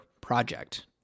project